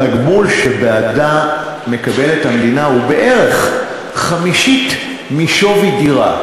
התגמול שמקבלת בעדה המדינה הוא בערך חמישית משווי דירה.